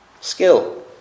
Skill